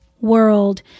world